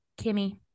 Kimmy